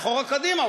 אחורה קדימה,